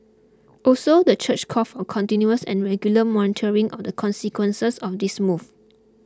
also the church called for continuous and regular monitoring of the consequences of this move